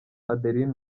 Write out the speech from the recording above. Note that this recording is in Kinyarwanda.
adeline